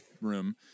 room